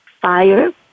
fire